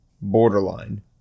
borderline